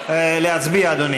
גרמן,